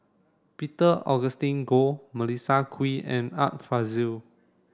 Peter Augustine Goh Melissa Kwee and Art Fazil